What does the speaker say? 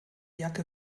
jacke